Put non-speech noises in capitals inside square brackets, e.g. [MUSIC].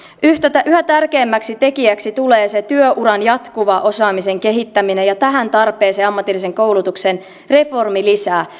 yhä tärkeämmäksi tekijäksi tulee se työuran jatkuva osaamisen kehittäminen ja tähän tarpeeseen ammatillisen koulutuksen reformi lisää [UNINTELLIGIBLE]